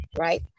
right